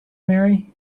marry